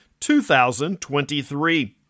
2023